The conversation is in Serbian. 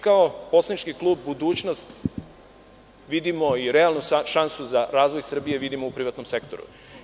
Kao poslanički klub, budućnost i šansu za razvoj Srbije vidimo u privatnom sektoru.